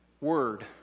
word